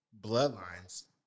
bloodlines